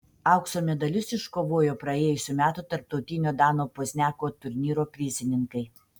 aukso medalius iškovojo praėjusių metų tarptautinio dano pozniako turnyro prizininkai